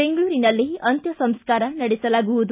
ಬೆಂಗಳೂರಿನಲ್ಲೆ ಅಂತ್ಯ ಸಂಸ್ಕಾರ ನಡೆಸಲಾಗುವುದು